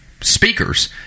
speakers